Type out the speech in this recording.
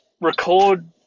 record